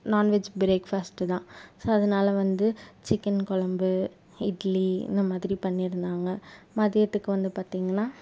non veg breakfast தான் so அதனால வந்து சிக்கன் குழம்பு இட்லி இந்த மாதிரி பண்ணியிருந்தாங்க மத்தியத்துக்கு வந்து பார்த்திங்கனா